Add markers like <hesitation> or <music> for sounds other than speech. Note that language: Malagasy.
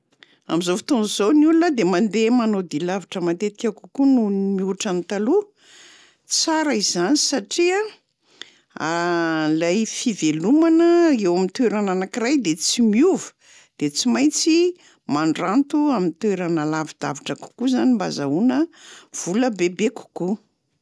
Am'zao fotoana zao ny olona de mandeha manao dia lavitra matetika kokoa noho ny- mihoatra ny taloha, tsara izany satria <hesitation> lay fivelomana eo am'toerana anankiray de tsy miova de tsy maintsy mandranto am'toerana lavidavitra kokoa zany mba azahoana vola bebe kokoa.